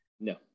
No